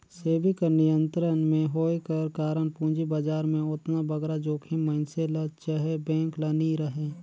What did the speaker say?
सेबी कर नियंत्रन में होए कर कारन पूंजी बजार में ओतना बगरा जोखिम मइनसे ल चहे बेंक ल नी रहें